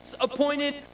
appointed